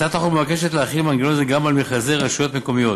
הצעת החוק מבקשת להחיל מנגנון זה גם על מכרזי רשויות מקומיות.